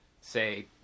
say